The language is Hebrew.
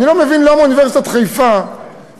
אני לא מבין למה אוניברסיטת חיפה צריכה